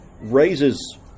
raises